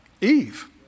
Eve